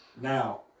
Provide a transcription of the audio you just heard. Now